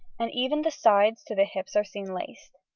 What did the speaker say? and even the sides to the hips are seen laced.